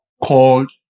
called